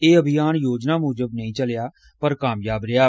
एह् अभियान योजना मूजब नेई चलेआ पर कामयाब रेहा